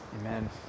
amen